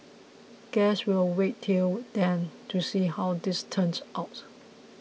guess we'll wait till then to see how this turns out